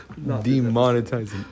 demonetizing